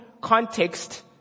context